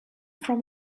from